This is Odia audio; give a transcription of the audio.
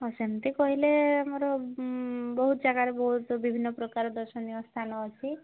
ହଁ ସେମତି କହିଲେ ଆମର ବହୁତ ଜାଗାରେ ବହୁତ ବିଭିନ୍ନ ପ୍ରକାର ଦର୍ଶନୀୟ ସ୍ଥାନ ଅଛି